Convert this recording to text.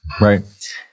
right